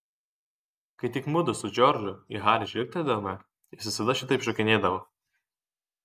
kai tik mudu su džordžu į harį žvilgtelėdavome jis visada šitaip šokinėdavo